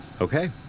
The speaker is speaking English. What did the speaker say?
Okay